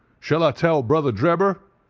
shall i tell brother drebber?